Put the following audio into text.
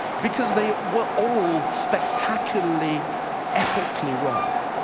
because they were all spectacularly epically wrong.